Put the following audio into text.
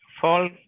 fall